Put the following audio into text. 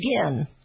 again